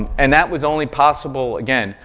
and that was only possible, again,